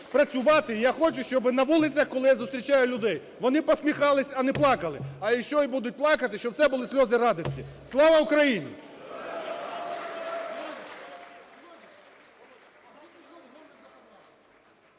я хочу, щоби на вулицях, коли я зустрічаю людей, вони посміхались, а не плакали. А якщо і будуть плакати, щоб це були сльози радості. Слава Україні!